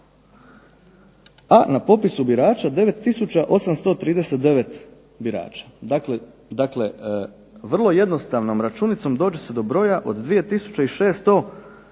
a na popisu birača 9839 birača. Dakle, vrlo jednostavnom računicom dođe se do broja od 2600